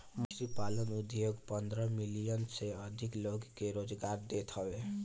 मछरी पालन उद्योग पन्द्रह मिलियन से अधिका लोग के रोजगार देत हवे